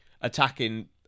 attacking